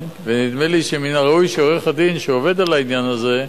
נדמה לי שמן הראוי שעורך-הדין שעובד על העניין הזה,